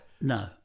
No